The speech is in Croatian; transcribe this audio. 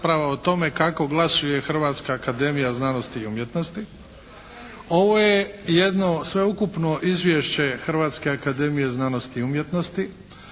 Ovo je jedno sveukupno izvješće Hrvatske akademije znanosti i umjetnosti.